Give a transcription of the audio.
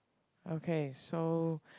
okay so